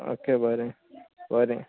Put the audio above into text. okay बोरें बोरें